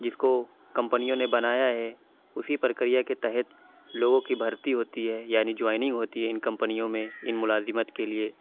جس کو کمپنیوں نے بنایا ہے اُسی پرکریہ کے تحت لوگوں کی بھرتی ہوتی ہے یعنی جوائنگ ہوتی ہے اِن کمپنیوں میں اِن ملازمت کے لیے